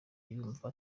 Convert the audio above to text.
yumva